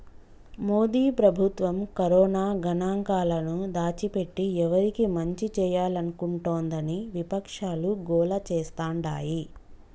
మోదీ ప్రభుత్వం కరోనా గణాంకాలను దాచిపెట్టి ఎవరికి మంచి చేయాలనుకుంటోందని విపక్షాలు గోల చేస్తాండాయి